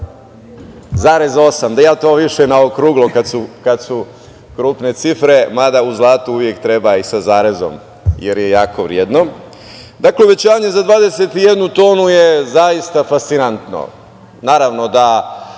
osam, ja to više na okruglo kada su krupne cifre, mada u zlatu uvek treba i sa zarezom, jer je jako vredno. Dakle, uvećanje za 21 tonu je zaista fascinantno.